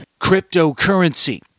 Cryptocurrency